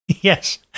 Yes